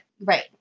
right